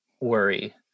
worry